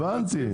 הבנתי.